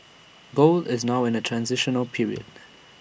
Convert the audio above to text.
gold is now in A transitional period